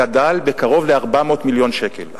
גדל בקרוב ל-400 מיליון שקל,